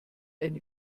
eine